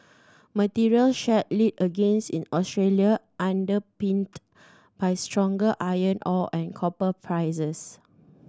materials share led agains in Australia underpinned by stronger iron ore and copper prices